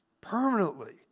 permanently